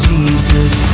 Jesus